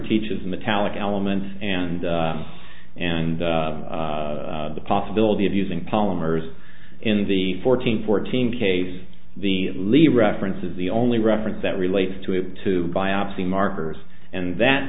teaches metallic elements and and the possibility of using polymers in the fourteen fourteen case the lead reference is the only reference that relates to it to biopsy markers and that